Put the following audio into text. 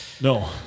no